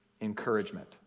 encouragement